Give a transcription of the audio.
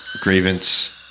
Grievance